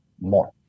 more